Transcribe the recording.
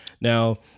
now